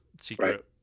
Secret